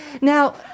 Now